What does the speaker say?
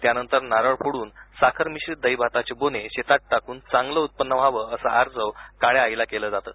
त्यानंतर नारळ फोडन साखर मिश्रीत दहीभाताचे बोने शेतात टाकून उत्पन्न व्हावं असं आर्जव काळ्या आईला केलं जाते